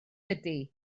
ydy